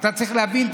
אתה צריך להבין.